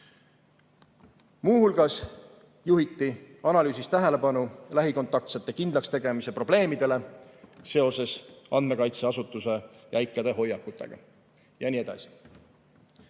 Muu hulgas juhiti analüüsis tähelepanu lähikontaktsete kindlakstegemise probleemidele seoses andmekaitseasutuse jäikade hoiakutega jne. Mis